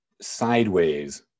sideways